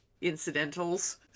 incidentals